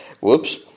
Whoops